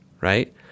Right